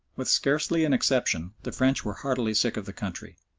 with scarcely an exception, the french were heartily sick of the country.